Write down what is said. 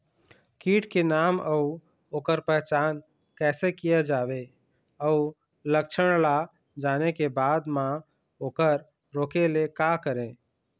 कीट के नाम अउ ओकर पहचान कैसे किया जावे अउ लक्षण ला जाने के बाद मा ओकर रोके ले का करें?